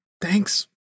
thanks